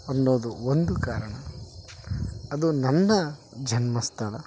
ಅನ್ನೋದು ಒಂದು ಕಾರಣ ಅದು ನನ್ನ ಜನ್ಮಸ್ಥಳ